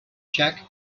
check